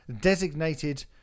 designated